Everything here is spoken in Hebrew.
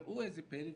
ראו את זה פלא,